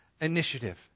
initiative